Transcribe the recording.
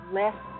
less